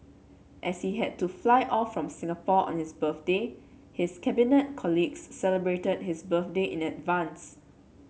as he had to fly off from Singapore on his birthday his Cabinet colleagues celebrated his birthday in advance